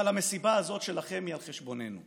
אבל המסיבה הזאת שלכם היא על חשבוננו.